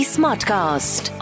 Smartcast